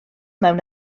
mewn